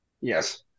Yes